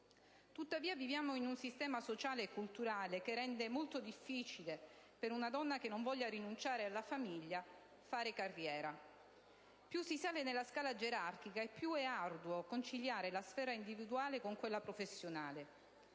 Tuttavia, viviamo in un sistema sociale e culturale che rende molto difficile, per una donna che non voglia rinunciare alla famiglia, fare carriera. Più si sale nella scala gerarchica e più è arduo conciliare la sfera individuale con quella professionale.